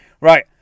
Right